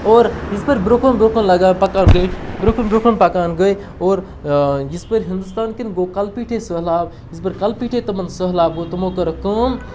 اور یِژ پھِر برونٛہہ کُن برونٛہہ کُن لگان پَکان گٔے برونٛہہ کُن برونٛہہ کُن پَکان گٔے اور یِژ پھِر ہِندوستانکٮ۪ن گوٚو کَلہٕ پیٚٹھی سٔہلاب یِژ پھِر کَلہٕ پیٚتھی تمَن سٔہلاب او تمو کٔرٕکھ کٲم